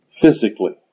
physically